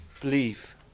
Believe